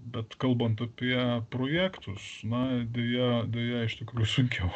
bet kalbant apie projektus na deja deja iš tikrųjų sunkiau